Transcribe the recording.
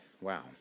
Wow